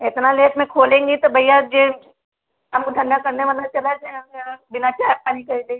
इतना लेट में खोलेंगी तो भैया जो काम धंधा करने वाला चला जाएगा बिना चाय पानी करे